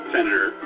Senator